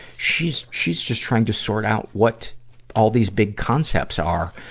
she's, she's just trying to sort out what all these big concepts are,